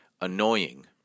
annoying